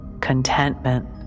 contentment